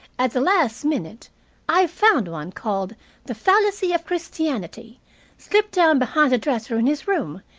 at the last minute i found one called the fallacy of christianity slipped down behind the dresser in his room,